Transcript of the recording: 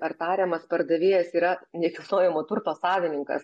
ar tariamas pardavėjas yra nekilnojamo turto savininkas